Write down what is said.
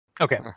okay